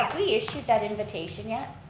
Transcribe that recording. we issued that invitation yet?